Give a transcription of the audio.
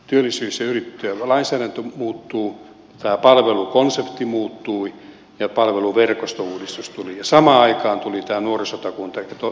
työllisyys ja yrittäjälainsäädäntö muuttui tämä palvelukonsepti muuttui ja palveluverkostouudistus tuli ja samaan aikaan tuli tämä nuorisotakuun toteuttaminen